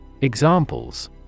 Examples